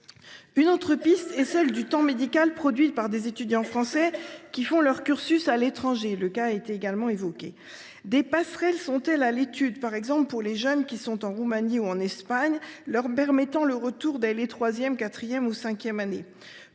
Une autre piste est celle du temps médical produit par des étudiants français qui font leur cursus à l’étranger. Des passerelles sont elles à l’étude, par exemple pour les jeunes qui sont en Roumanie ou en Espagne, leur permettant de revenir dès les troisième,